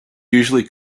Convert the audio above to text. usually